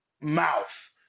mouth